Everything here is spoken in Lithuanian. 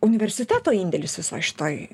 universiteto indėlis visoj šitoj